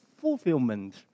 fulfillment